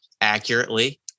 accurately